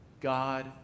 God